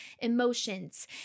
emotions